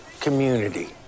community